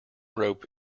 rope